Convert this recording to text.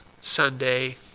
Sunday